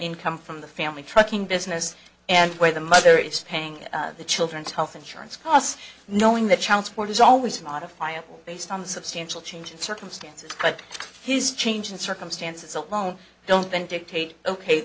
income from the family trucking business and where the mother is paying the children's health insurance costs knowing that child support is always modifiable based on the substantial change in circumstances but his change in circumstances alone don't then dictate ok